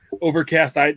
Overcast